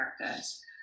Americas